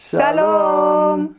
Shalom